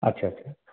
আচ্ছা আচ্ছা